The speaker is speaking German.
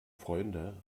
freunde